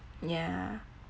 yeah